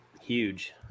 Huge